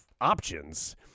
options